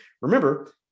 remember